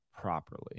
properly